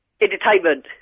Entertainment